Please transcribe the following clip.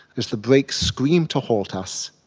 as the brakes screamed to halt us,